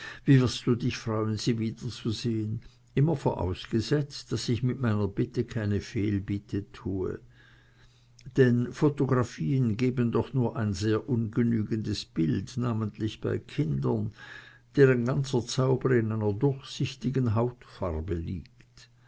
wie wirst du dich freuen sie wiederzusehen immer vorausgesetzt daß ich mit meiner bitte keine fehlbitte tue denn photographien geben doch nur ein sehr ungenügendes bild namentlich bei kindern deren ganzer zauber in einer durchsichtigen hautfarbe liegt